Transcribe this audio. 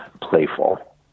playful